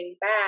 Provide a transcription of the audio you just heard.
back